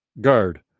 Guard